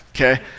Okay